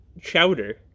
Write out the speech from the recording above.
chowder